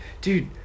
Dude